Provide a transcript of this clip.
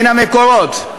מן המקורות: